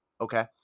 okay